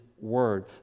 word